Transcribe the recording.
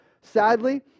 Sadly